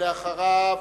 אחריו,